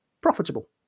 profitable